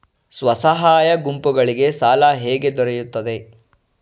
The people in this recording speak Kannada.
ಸ್ವಸಹಾಯ ಗುಂಪುಗಳಿಗೆ ಸಾಲ ಹೇಗೆ ದೊರೆಯುತ್ತದೆ?